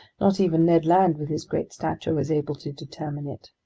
not even ned land, with his great stature, was able to determine it.